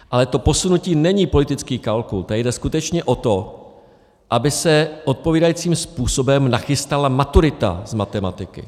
Ale to posunutí není politický kalkul, tady jde skutečně o to, aby se odpovídajícím způsobem nachystala maturita z matematiky.